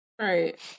Right